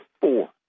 four